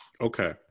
Okay